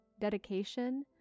Dedication